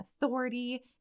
authority